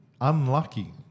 unlucky